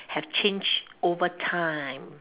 have changed over time